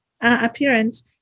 appearance